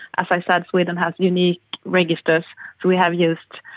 as i said, sweden has unique registers we have used,